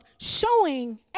showing